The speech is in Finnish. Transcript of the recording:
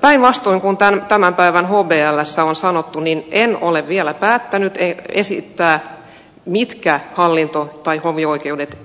päinvastoin kuin tämän päivän hblssä on sanottu en ole vielä päättänyt esittää mitkä hallinto tai hovioikeudet